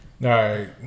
right